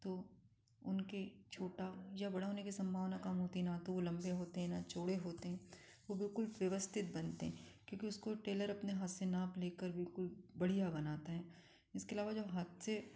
तो उनके छोटा या बड़ा होने की संभावना कम होती ना तो वो लंबे होते हैं ना चौड़े होते हैं वो बिल्कुल व्यवस्थित बनते क्योंकि उसको टेलर अपने हाथ से नाप लेकर बिल्कुल बढ़िया बनाता है इसके अलावा जब हाथ से